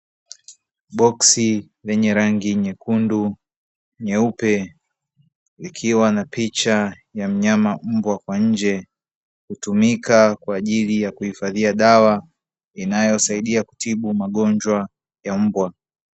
Boksi lenye rangi nyekundu na nyeupe likiwa na picha ya mnyama mbwa kwa nje, hutumika kwa ajili ya kuhifadhia dawa inayosaidia kutibu magonjwa ya mbwa.